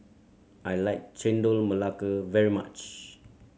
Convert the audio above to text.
I like Chendol Melaka very much